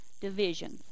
division